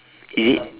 is it